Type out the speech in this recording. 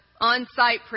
on-site